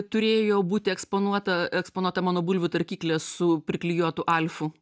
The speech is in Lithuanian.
turėjo būti eksponuota eksponuota mano bulvių tarkyklė su priklijuotu alfu